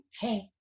hey